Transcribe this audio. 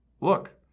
look